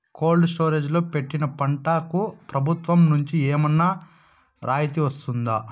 Cold storage లో పెట్టిన పంటకు ప్రభుత్వం నుంచి ఏమన్నా రాయితీ వస్తుందా?